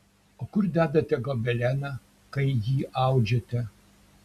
o kur dedate gobeleną kai jį audžiate